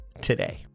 today